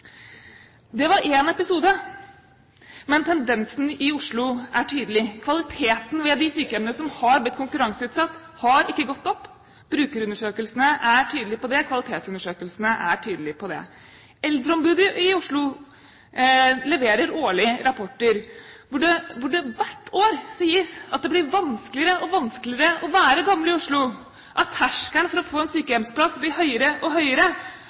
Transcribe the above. Det var én episode, men tendensen i Oslo er tydelig. Kvaliteten ved de sykehjemmene som har blitt konkurranseutsatt, har ikke gått opp. Brukerundersøkelsene er tydelige på det. Kvalitetsundersøkelsene er tydelige på det. Eldreombudet i Oslo leverer årlig rapporter, hvor det hvert år sies at det blir vanskeligere og vanskeligere å være gammel i Oslo, at terskelen for å få en sykehjemsplass blir høyere og